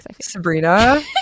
Sabrina